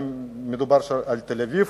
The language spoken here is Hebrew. מדובר על תל-אביב